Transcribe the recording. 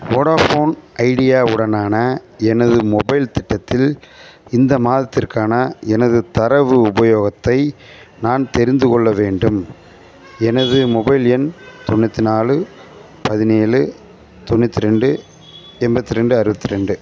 Vodafone Idea உடனான எனது mobile திட்டத்தில் இந்த மாதத்திற்கான எனது தரவு உபயோகத்தை நான் தெரிந்து கொள்ள வேண்டும் எனது மொபைல் எண் தொண்ணூற்றி நாலு பதினேழு தொண்ணூற்றி ரெண்டு எண்பத்தி ரெண்டு அறுபத்தி ரெண்டு